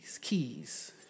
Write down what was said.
keys